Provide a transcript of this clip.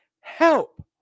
help